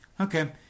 okay